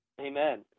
Amen